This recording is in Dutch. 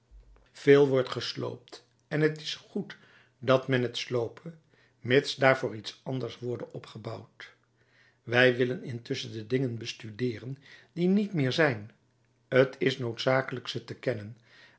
veel wordt gesloopt en t is goed dat men het sloope mits daarvoor iets anders worde opgebouwd wij willen intusschen de dingen bestudeeren die niet meer zijn t is noodzakelijk ze te kennen